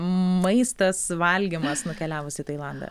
maistas valgymas nukeliavus į tailandą